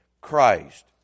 Christ